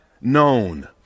known